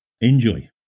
Enjoy